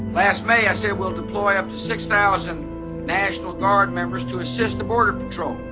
last may, i said we'll deploy up to six thousand national guard members to assist the border patrol.